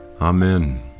Amen